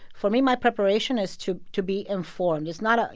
for me, my preparation is to to be informed. it's not a